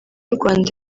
rwanda